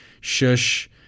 Shush